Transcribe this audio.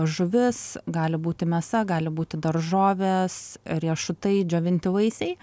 žuvis gali būti mėsa gali būti daržovės riešutai džiovinti vaisiai